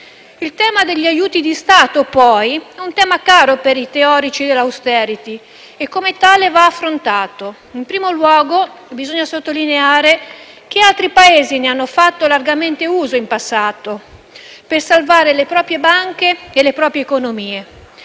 Il tema degli aiuti di Stato, poi, è un tema caro per i teorici dell'*austerity* e come tale va affrontato. In primo luogo, bisogna sottolineare che altri Paesi ne hanno fatto largamente uso in passato per salvare le proprie banche e le proprie economie,